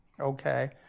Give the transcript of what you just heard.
okay